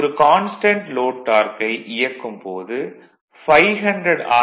ஒரு constant load torque கை இயக்கும் போது 500 ஆர்